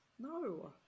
No